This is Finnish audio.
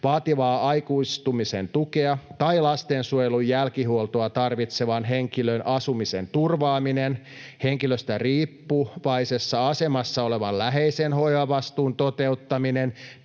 vaativaa aikuistumisen tukea tai lastensuojelun jälkihuoltoa tarvitsevan henkilön asumisen turvaaminen, henkilöstä riippuvaisessa asemassa olevan läheisen hoivavastuun toteuttaminen